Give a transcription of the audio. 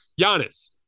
Giannis